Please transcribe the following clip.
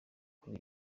kuri